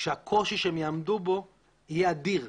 ושכשהקושי שהם יעמדו בו יהיה אדיר,